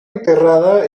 enterrada